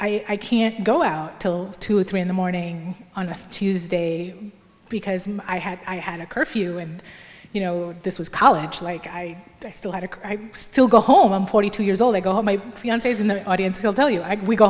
i can't go out till two or three in the morning on a tuesday because i had i had a curfew and you know this was college like i still had a still go home i'm forty two years old i got my fianc's in the audience will tell you i